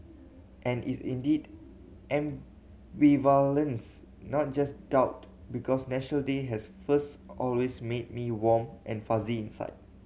and is indeed ambivalence not just doubt because National Day has first always made me warm and fuzzy inside